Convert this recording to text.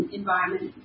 environment